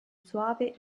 soave